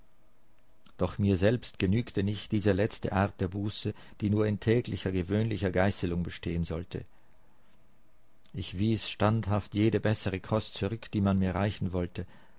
doch mir selbst genügte nicht diese letzte art der buße die nur in täglicher gewöhnlicher geißelung bestehen sollte ich wies standhaft jede bessere kost zurück die man mir reichen wollte